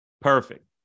Perfect